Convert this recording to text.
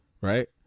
right